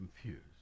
confused